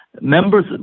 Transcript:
members